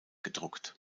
gedruckt